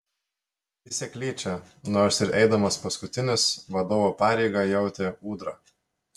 į seklyčią nors ir eidamas paskutinis vadovo pareigą jautė ūdra